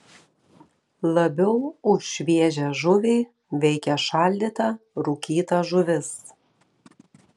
labiau už šviežią žuvį veikia šaldyta rūkyta žuvis